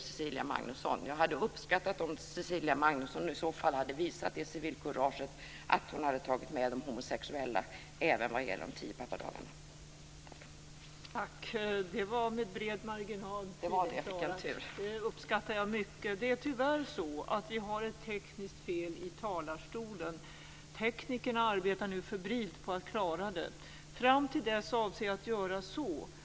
Jag hade uppskattat om Cecilia Magnusson i så fall hade visat det civilkuraget att hon hade tagit med de homosexuella även vad gäller de tio pappadagarna. Vi i Vänsterpartiet står bakom reservation 51 under mom. 41, men för tids vinnande yrkar jag inte bifall till den.